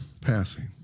passing